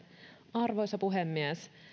arvoisa puhemies